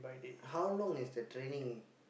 how long is the training